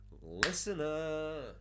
listener